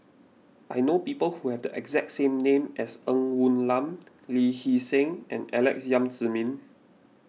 I know people who have the exact same name as Ng Woon Lam Lee Hee Seng and Alex Yam Ziming